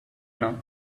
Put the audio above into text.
now